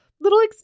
little